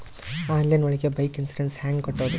Online ಒಳಗೆ bike insurance ಹ್ಯಾಂಗ್ ಕಟ್ಟುದು?